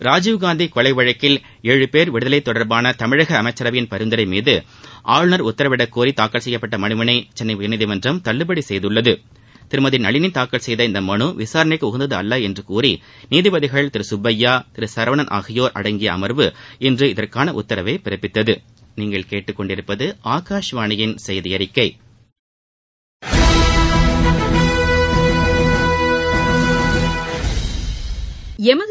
ராஜீவ்காந்தி கொலை வழக்கில் ஏழு பேர் விடுதலை தொடர்பான தமிழக அமைச்சரவையின் பரிந்துரை மீது ஆளுநர் உத்தரவிடக்கோரி தாக்கல் செய்யப்பட்ட மனுவினை சென்னை உயர்நீதிமன்றம் தள்ளுபடி செய்துள்ளது திருமதி நளினி தாக்கல் செய்த இநத மனு விசாரணைக்கு உகந்ததில்லை என்று கூறி நீதிபதிகள் திரு சுப்பையா திரு சரவணன் ஆகியோர் அடங்கிய அம்வு இன்று இதற்கான உத்தரவை பிறப்பித்தது